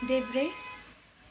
देब्रे